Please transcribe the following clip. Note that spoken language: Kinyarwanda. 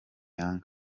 n’ibindi